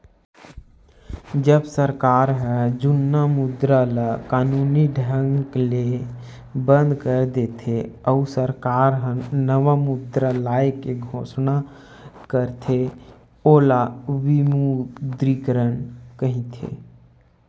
जब सरकार ह जुन्ना मुद्रा ल कानूनी ढंग ले बंद कर देथे, अउ सरकार ह नवा मुद्रा लाए के घोसना करथे ओला विमुद्रीकरन कहिथे